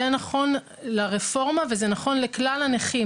זה נכון לרפורמה וזה נכון לכלל הנכים.